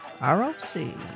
R-O-C